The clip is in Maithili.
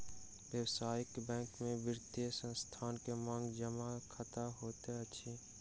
व्यावसायिक बैंक में वित्तीय संस्थान के मांग जमा खता होइत अछि